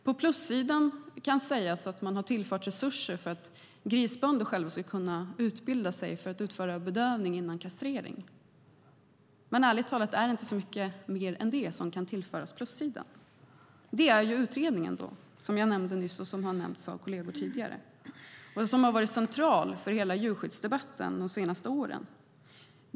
På plussidan kan sägas att man har tillfört resurser för att grisbönder ska kunna utbilda sig för att kunna utföra bedövning innan kastrering. Men ärligt talat är det inte så mycket mer än det som kan tillföras plussidan. Det skulle vara utredningen som jag nämnde nyss och som har nämnts av kolleger tidigare. Den har varit central för hela djurskyddsdebatten de senaste åren.